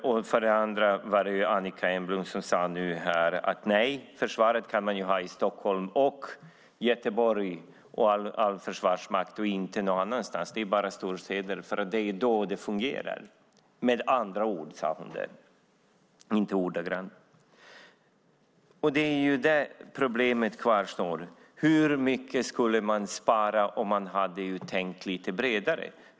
Och nu sade Annicka Engblom att man kan ha hela Försvarsmakten i Stockholm och Göteborg och inte någon annanstans. Det är bara i storstäderna det fungerar. Hon sade det inte ordagrant utan med andra ord. Problemet kvarstår. Hur mycket skulle man kunna spara om man hade tänkt lite bredare?